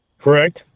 Correct